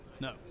no